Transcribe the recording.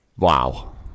Wow